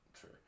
true